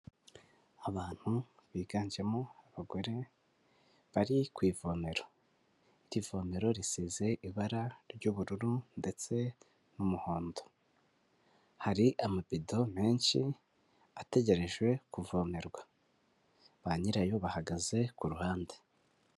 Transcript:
Abantu biganjemo abagore bari ku ivomero, iri vomero risize ibara ry'ubururu ndetse n'umuhondo, hari amabido menshi ategerejwe kuvomerwa, ba nyirayo bahagaze ku ruhande.